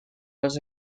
was